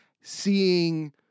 seeing